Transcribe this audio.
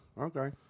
Okay